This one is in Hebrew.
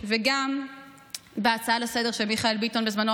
וגם בהצעה לסדר-היום של מיכאל ביטון בזמנו,